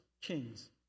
kings